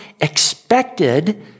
expected